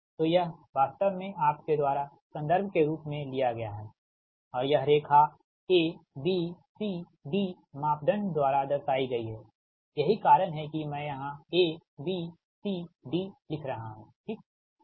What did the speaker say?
तो यह वास्तव में आपके द्वारा संदर्भ के रूप में लिया गया है और यह रेखा A B C D मापदंड द्वारा दर्शाई गई है यही कारण है कि मैं यहाँ A B C D लिख रहा हूँ ठीक और